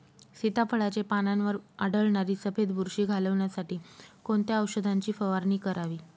सीताफळाचे पानांवर आढळणारी सफेद बुरशी घालवण्यासाठी कोणत्या औषधांची फवारणी करावी?